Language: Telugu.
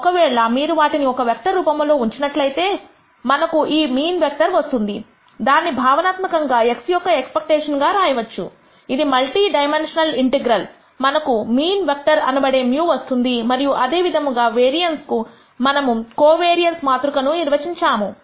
ఒకవేళ మీరు వాటిని ఒక వెక్టర్ రూపములో ఉంచినట్లయితే మనకు ఈ మీన్ వెక్టర్ వస్తుంది దాన్ని భావనాత్మకంగా x యొక్క ఎక్స్పెక్టేషన్స్ గా రాయవచ్చు ఇది మల్టీ డైమన్షనల్ ఇంటెగ్రల్ మనకు మీన్ వెక్టర్ అనబడే μ వస్తుంది మరియు అదేవిధముగా వేరియన్స్ కు మనము కోవేరియన్స్ మాతృక ను నిర్వచించాము